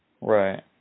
Right